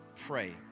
pray